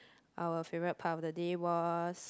our favourite part of the day was